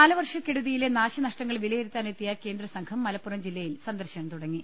കാലവർഷക്കെടുതിയിലെ നാശനഷ്ടങ്ങൾ വിലയിരുത്താനെത്തിയ കേന്ദ്രസംഘം മലപ്പുറം ജില്ലയിൽ സന്ദർശനം തുടങ്ങി